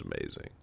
amazing